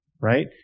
right